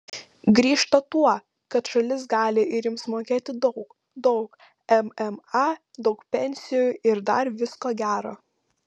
grįžta tuo kad šalis gali ir jums mokėti daug daug mma daug pensijų ir dar visko gero